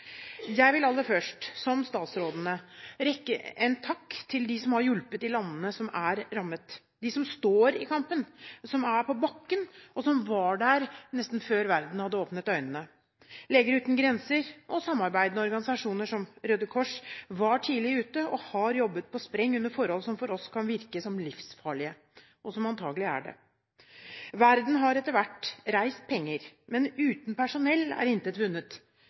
Jeg vil aller først – som statsrådene – rette en takk til dem som har hjulpet de landene som er rammet: de som står i kampen, som er på bakken, og som var der nesten før verden hadde åpnet øynene. Leger Uten Grenser og samarbeidende organisasjoner, som Røde Kors, var tidlig ute og har jobbet på spreng under forhold som for oss kan virke livsfarlige – og som antagelig er det. Verden har etter hvert reist penger, men uten personell er